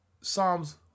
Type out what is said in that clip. Psalms